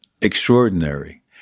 extraordinary